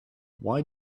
why